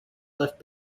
left